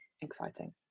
exciting